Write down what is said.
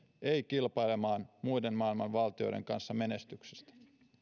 ei kilpailemaan muiden maailman valtioiden kanssa menestyksestä